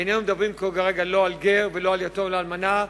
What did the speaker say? איננו מדברים פה כרגע לא על גר ולא על יתום ולא על אלמנה,